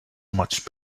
much